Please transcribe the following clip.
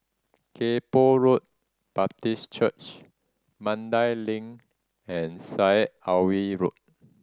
Kay Poh Road Baptist Church Mandai Link and Syed Alwi Road